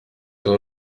hall